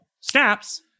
snaps